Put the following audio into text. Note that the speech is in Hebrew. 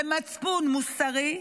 ומצפון מוסרי,